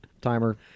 Timer